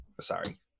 Sorry